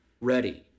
ready